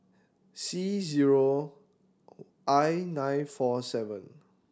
C zero I nine four seven